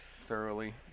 thoroughly